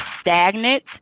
stagnant